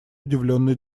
удивленный